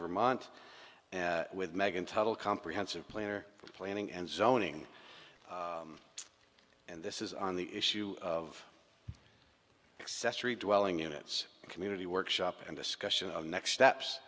vermont with meghan tuttle comprehensive plan are planning and zoning and this is on the issue of accessory dwelling units community workshop and discussion of next steps